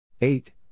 Eight